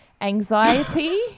anxiety